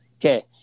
Okay